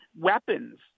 weapons